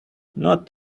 not